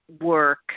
work